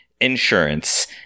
insurance